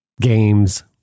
games